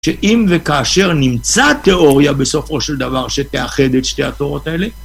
שאם וכאשר נמצא תיאוריה בסופו של דבר שתאחד את שתי התיאוריות האלה